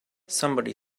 somebody